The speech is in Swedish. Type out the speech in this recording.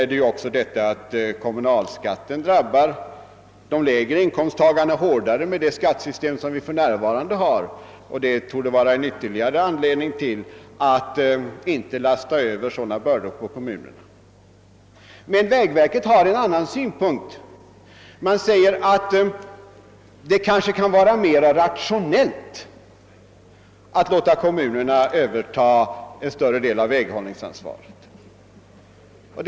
Med det skattesystem som vi för närvarande har drabbar dessutom kommunalskatten de lägre inkomsttagarna hårdare, och det torde vara en ytterligare anledning till att inte lasta över sådana här bördor på kommunerna. Vägverket anför emellertid också en annan synpunkt. Man menar att det kan vara mera rationellt att låta kommunerna överta en större del av väghållningsansvaret.